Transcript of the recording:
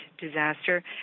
disaster